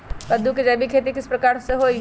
कददु के जैविक खेती किस प्रकार से होई?